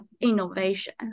innovation